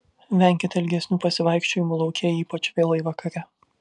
venkite ilgesnių pasivaikščiojimų lauke ypač vėlai vakare